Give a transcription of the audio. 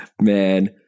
man